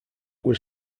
was